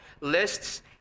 lists